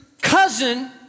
cousin